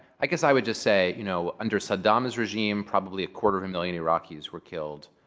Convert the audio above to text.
i guess i would just say, you know under saddam's regime, probably a quarter of a million iraqis were killed.